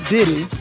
Diddy